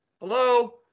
Hello